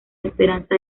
esperanza